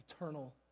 eternal